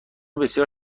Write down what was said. بسیار